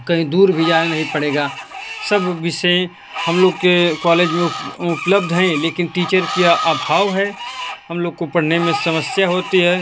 कहीं दूर भी जाना नहीं पड़ेगा सब विषय हम लोग के कॉलेज में उपलब्ध हय लेकिन टीचर के अभाव है हम लोग को पढ़ने में समस्या होती है